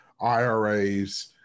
IRAs